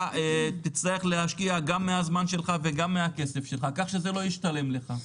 ותצטרך להשקיע גם מהזמן שלך וגם מהכסף שלך וזה לא ישתלם לך.